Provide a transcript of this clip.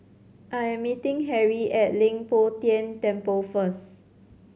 I am meeting Harrie at Leng Poh Tian Temple first